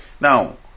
now